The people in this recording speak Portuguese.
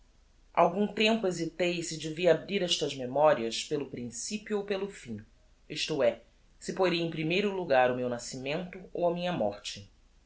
algum tempo hesitei se devia abrir estas memorias pelo principio ou pelo fim isto é se poria em primeiro logar o meu nascimento ou a minha morte